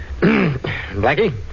Blackie